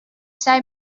sei